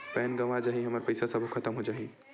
Pan गंवा जाही हमर पईसा सबो खतम हो जाही?